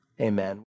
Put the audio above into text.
Amen